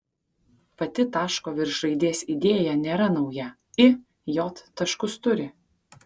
pati taško virš raidės idėja nėra nauja i j taškus turi